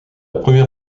première